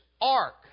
ark